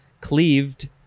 cleaved